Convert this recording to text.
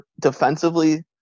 defensively